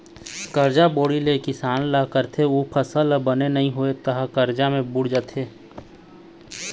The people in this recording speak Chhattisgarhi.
करजा बोड़ी ले के किसानी ल करथे अउ फसल ह बने नइ होइस तहाँ ले करजा म बूड़ जाथे